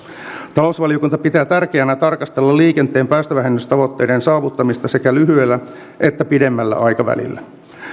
talousvaliokunta pitää tärkeänä tarkastella liikenteen päästövähennystavoitteiden saavuttamista sekä lyhyellä että pidemmällä aikavälillä